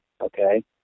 okay